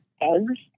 eggs